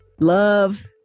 love